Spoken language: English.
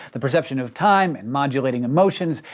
the perception of time, and modulating motions,